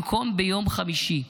במקום ביום חמישי.